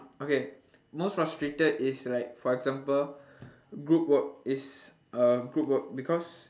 okay most frustrated is like for example group work is uh group work because